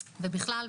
ובכלל,